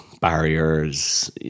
barriers